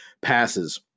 passes